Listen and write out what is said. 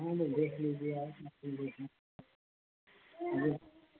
हाँ तो देख लीजिए आप जो भी देखना है जो